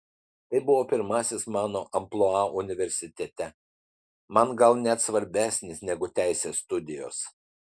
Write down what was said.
tai buvo pirmasis mano amplua universitete man gal net svarbesnis negu teisės studijos